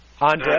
Andre